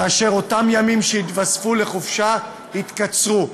כאשר אותם ימים שהתווספו לחופשה יתמעטו.